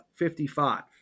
55